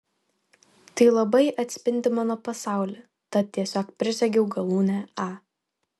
tai labai atspindi mano pasaulį tad tiesiog prisegiau galūnę a